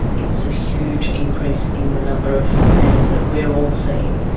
it's a huge increase in the number of matters that we are all seeing,